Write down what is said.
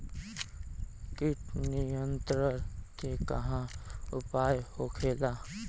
कीट नियंत्रण के का उपाय होखेला?